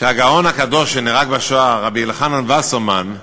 שהגאון הקדוש שנהרג בשואה, רבי אלחנן וסרמן,